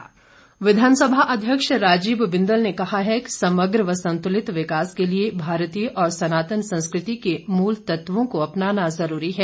बिंदल विधानसभा अध्यक्ष राजीव बिंदल ने कहा है कि समग्र व संतुलित विकास के लिए भारतीय और स्नातन संस्कृति के मूल तत्वों को अपना जरूरी है